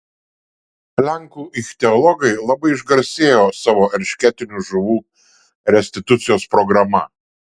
lenkų ichtiologai labai išgarsėjo savo eršketinių žuvų restitucijos programa